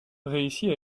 réussit